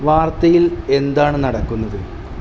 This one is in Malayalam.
വാർത്തയിൽ എന്താണ് നടക്കുന്നത്